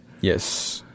Yes